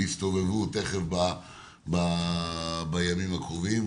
ויסתובבו תיכף בימים הקרובים.